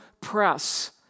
press